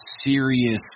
serious